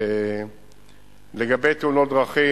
5. לגבי תאונות דרכים,